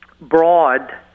broad